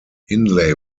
hindley